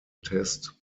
test